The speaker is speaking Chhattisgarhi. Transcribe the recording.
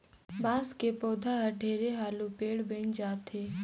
बांस के पउधा हर ढेरे हालू पेड़ बइन जाथे